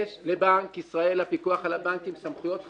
יש לבנק ישראל, הפיקוח על הבנקים, סמכויות חקירה.